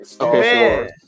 Okay